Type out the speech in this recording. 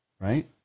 Right